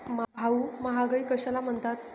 भाऊ, महागाई कशाला म्हणतात?